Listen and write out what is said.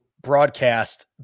broadcast